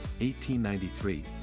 1893